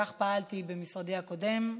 כך פעלתי במשרדי הקודם,